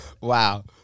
Wow